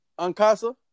Uncasa